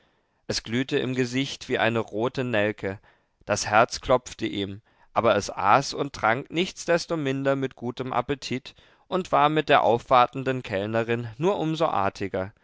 es glühte im gesicht wie eine rote nelke das herz klopfte ihm aber es aß und trank nichtsdestominder mit gutem appetit und war mit der aufwartenden kellnerin nur um so artiger